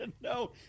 no